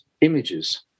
images